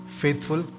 faithful